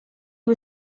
you